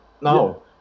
No